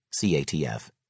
CATF